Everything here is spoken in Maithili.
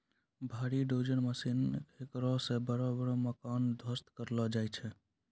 भारी डोजर मशीन हेकरा से बड़ा बड़ा मकान ध्वस्त करलो जाय छै